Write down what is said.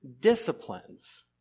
disciplines